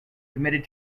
committed